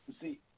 See